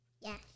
Yes